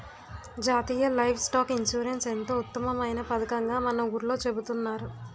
జాతీయ livestock insurance ఎంతో ఉత్తమమైన పదకంగా మన ఊర్లో చెబుతున్నారు